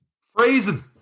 Freezing